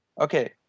Okay